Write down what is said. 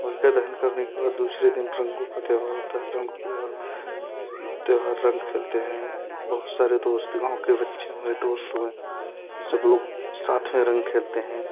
होलिका दहन करने के बाद दूसरे दिन रंगों का त्योहार होता है रंगों का त्योहार त्योहार रंग खेलते हैं बहुत सारे दोस्त गाँव के बच्चें हुए दोस्त हुए सब लोग साथ में रंग खेलते हैं